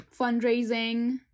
fundraising